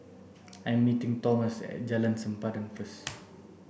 I'm meeting Tomas at Jalan Sempadan first